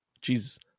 Jesus